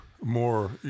more